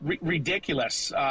Ridiculous